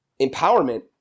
empowerment